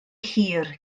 hir